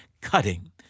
cutting